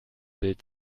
bild